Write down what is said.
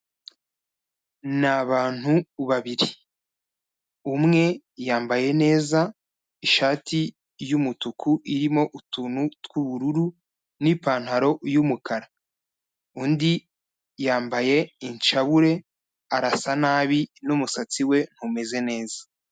Ni abantu babiri. Umwe yambaye neza ishati y'umutuku irimo utuntu tw'ubururu n'ipantaro y'umukara. Undi yambaye inshabure arasa nabi n'umusatsi we ntumeze neza.